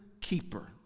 keeper